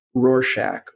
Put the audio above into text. Rorschach